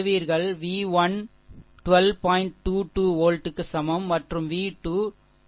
2 2 வோல்ட்டுக்கு சமம் மற்றும் v 2 2 வோல்ட்டுக்கு சமம் சரி